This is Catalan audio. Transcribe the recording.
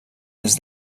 des